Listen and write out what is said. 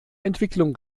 entwicklung